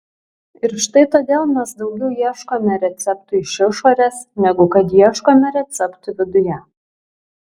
ir štai todėl mes daugiau ieškome receptų iš išorės negu kad ieškome receptų viduje